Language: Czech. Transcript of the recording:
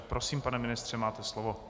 Prosím, pane ministře, máte slovo.